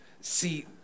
See